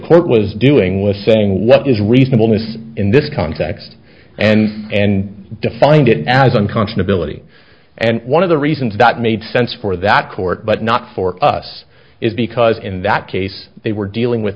court was doing was saying what is reasonable miss in this context and and defined it as unconscionably and one of the reasons that made sense for that court but not for us is because in that case they were dealing with